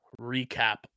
recap